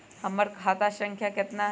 हमर खाता संख्या केतना हई?